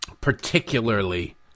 particularly